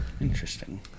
Interesting